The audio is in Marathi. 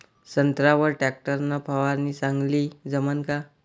संत्र्यावर वर टॅक्टर न फवारनी चांगली जमन का?